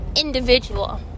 individual